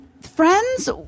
friends